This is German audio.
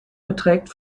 beträgt